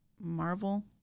Marvel